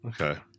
Okay